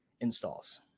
installs